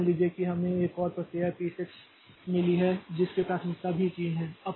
तो मान लीजिए कि हमें एक और प्रक्रिया पी 6 मिली है जिसकी प्राथमिकता भी 3 है